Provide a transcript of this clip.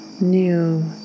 new